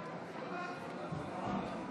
בבקשה.